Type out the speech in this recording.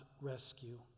rescue